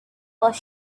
was